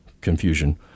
confusion